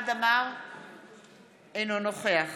אינו נוכח